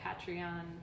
patreon